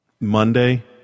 Monday